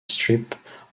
strip